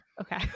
okay